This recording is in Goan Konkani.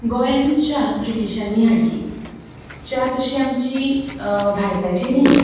गोंयान च्या ब्रिटीशांनी हाडली च्या तशी आमची भारताची न्हय